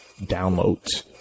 downloads